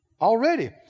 already